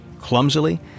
clumsily